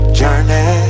journey